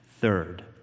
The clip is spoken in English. Third